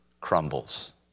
crumbles